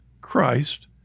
Christ